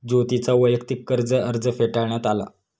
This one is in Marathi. ज्योतीचा वैयक्तिक कर्ज अर्ज फेटाळण्यात आला